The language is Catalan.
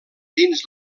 dins